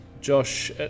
Josh